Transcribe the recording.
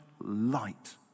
light